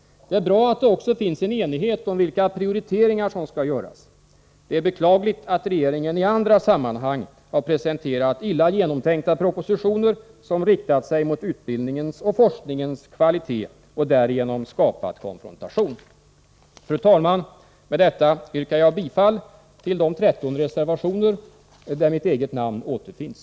Det är bra att det också finns en enighet om vilka prioriteringar som skall göras. Det är beklagligt att regeringen i andra sammanhang har presenterat illa genomtänkta propositioner som riktat sig mot utbildningens och forskningens kvalitet och därigenom skapat konfrontation. Fru talman! Med detta yrkar jag bifall till de 13 reservationer där mitt eget namn återfinns.